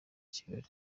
kigali